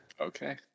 Okay